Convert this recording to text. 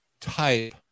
type